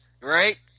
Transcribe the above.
right